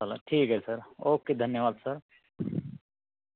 चला ठीक आहे सर ओके धन्यवाद सर